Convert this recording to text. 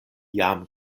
jam